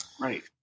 Right